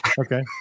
Okay